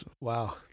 wow